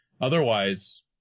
otherwise